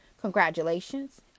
congratulations